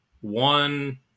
One